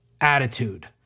attitude